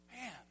Man